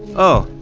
oh,